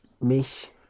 mich